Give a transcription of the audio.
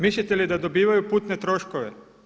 Mislite li da dobivaju putne troškove?